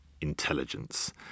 intelligence